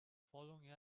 following